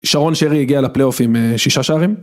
שרון שרי הגיע לפליאוף עם שישה שערים.